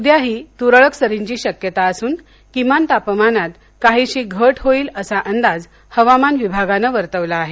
उद्याही तुरळक सरींची शक्यता असून किमान तापमानात काहीशी घट होईल असा अंदाज हवामान विभागानं वर्तवला आहे